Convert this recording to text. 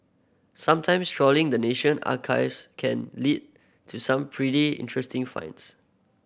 sometimes trawling the National Archives can lead to some pretty interesting finds